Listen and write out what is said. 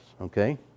okay